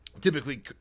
typically